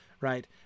right